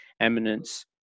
eminence